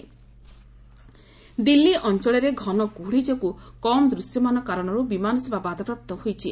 Delhi airport Delhi ଅଞ୍ଚଳରେ ଘନ କୁହୁଡ଼ି ଯୋଗୁଁ କମ୍ ଦୃଶ୍ୟମାନ କାରଣରୁ ବିମାନସେବା ବାଧାପ୍ରାପ୍ତ ହୋଇଛି